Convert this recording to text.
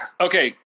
okay